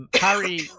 Harry